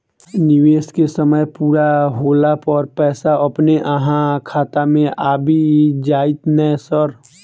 निवेश केँ समय पूरा होला पर पैसा अपने अहाँ खाता मे आबि जाइत नै सर?